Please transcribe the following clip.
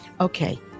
Okay